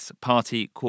party